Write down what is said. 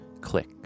click